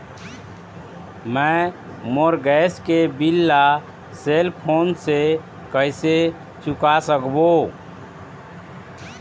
मैं मोर गैस के बिल ला सेल फोन से कइसे चुका सकबो?